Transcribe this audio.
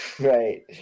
right